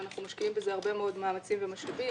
אנחנו משקיעים בזה הרבה מאוד מאמצים ומשאבים.